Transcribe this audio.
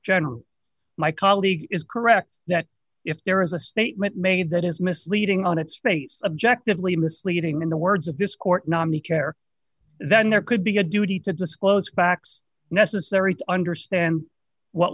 general my colleague is correct that if there is a statement made that is misleading on its face objective lee misleading in the words of this court nominee chair then there could be a duty to disclose facts necessary to understand what